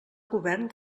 govern